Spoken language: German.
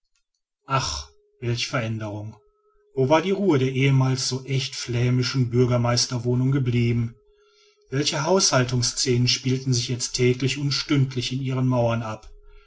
ach welche veränderung wo war die ruhe der ehemals so echt flämischen bürgermeisterwohnung geblieben welche haushaltungsscenen spielten sich jetzt täglich und stündlich in ihren mauern ab